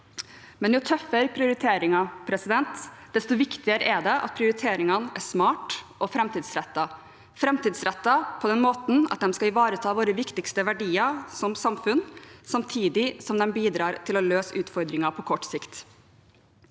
Men jo tøffere prioriteringer, desto viktigere er det at prioriteringene er smarte og framtidsrettede, framtidsrettede på den måten at de skal ivareta våre viktigste verdier som samfunn samtidig som de bidrar til å løse utfordringer på kort sikt.